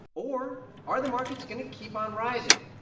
or are the markets going to keep on rising?